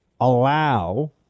allow